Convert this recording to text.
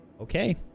Okay